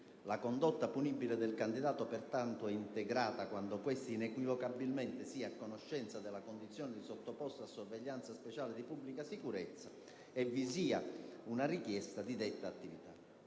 La condotta punibile del candidato, pertanto, è integrata quando questi inequivocabilmente sia a conoscenza della condizione di sottoposto a sorveglianza speciale di pubblica sicurezza e vi sia una richiesta di detta attività.